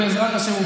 בעזרת השם,